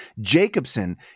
Jacobson